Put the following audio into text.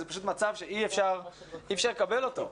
זה פשוט מצב שאי אפשר לקבל אותו.